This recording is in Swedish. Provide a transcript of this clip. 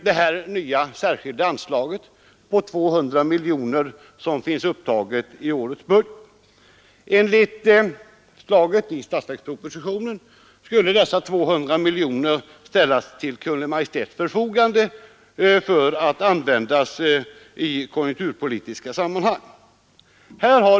Det nya särskilda anslag på 200 miljoner kronor som finns upptaget i årets budget skulle enligt förslaget i statsverkspropositionen ställas till Kungl. Maj:ts förfogande för att användas i konjunkturpolitiska sammanhang.